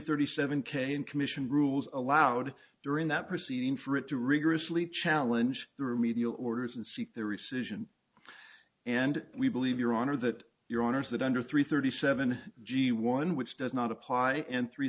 thirty seven k in commission rules allowed during that proceeding for it to rigorously challenge the remedial orders and seek the recession and we believe your honor that your honors that under three thirty seven g one which does not apply and three